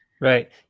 Right